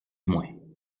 moins